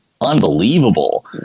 unbelievable